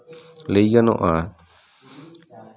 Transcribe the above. ᱞᱟᱹᱭ ᱜᱟᱱᱚᱜᱼᱟ